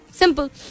simple